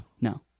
No